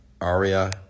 Aria